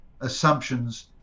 assumptions